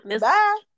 Bye